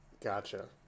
Gotcha